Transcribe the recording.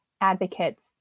advocates